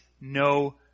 no